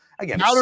again